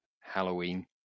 Halloween